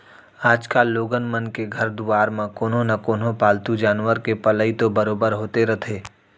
आजकाल लोगन मन के घर दुवार म कोनो न कोनो पालतू जानवर के पलई तो बरोबर होते रथे